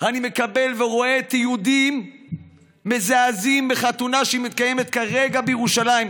אני מקבל ורואה תיעודים מזעזעים מחתונה שמתקיימת כרגע בירושלים,